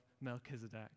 Melchizedek